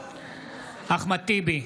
אחמד טיבי,